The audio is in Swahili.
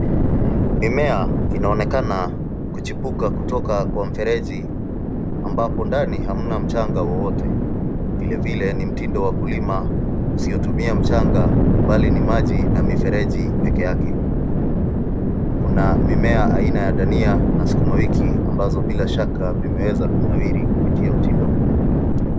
Mimea inaonekana kuchipuka kutoka kwa mfereji ambako ndani hakuna mchanga wowote. Vilevile ni mtindo wa kulima usiyotumia mchanga bali ni maji na mifereji peke yake. Kuna mimea aina ya dhania na skuma wiki ambazo bika shaka zimeweza kunawiri kupitia mtindo huu.